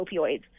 opioids